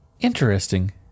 Interesting